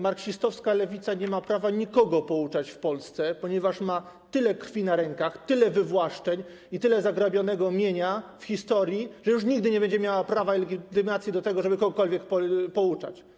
Marksistowska Lewica nie ma prawa nikogo pouczać w Polsce, ponieważ ma tyle krwi na rękach, tyle wywłaszczeń i tyle zagrabionego mienia w historii, że już nigdy nie będzie miała prawa i legitymacji do tego, żeby kogokolwiek pouczać.